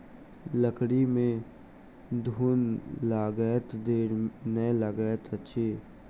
लकड़ी में घुन लगैत देर नै लगैत अछि